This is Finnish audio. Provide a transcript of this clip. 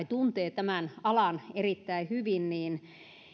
tuntee tämän alan erittäin hyvin niin